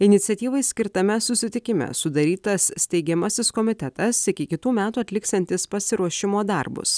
iniciatyvai skirtame susitikime sudarytas steigiamasis komitetas iki kitų metų atliksiantis pasiruošimo darbus